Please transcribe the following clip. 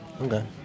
Okay